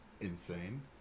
insane